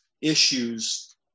issues